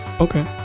Okay